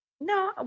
no